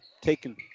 taken